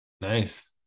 Nice